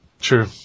True